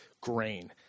grain